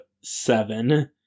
seven